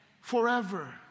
Forever